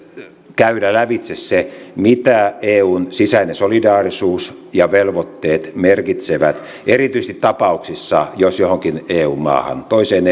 käydä lävitse se mitä eun sisäinen solidaarisuus ja velvoitteet merkitsevät erityisesti tapauksissa jos johonkin eu maahan toiseen